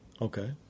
Okay